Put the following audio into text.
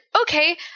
okay